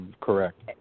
Correct